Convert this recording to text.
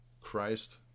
Christ